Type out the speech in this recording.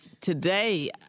today